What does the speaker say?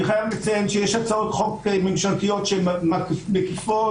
יש הצעות חוק ממשלתיות מקיפות,